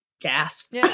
gasp